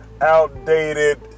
outdated